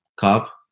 Cup